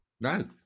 No